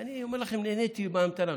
ואני אומר לכם, נהניתי בהמתנה.